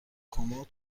کمد